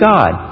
God